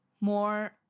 more